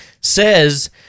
says